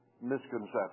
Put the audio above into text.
misconception